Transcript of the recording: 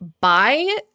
buy